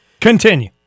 Continue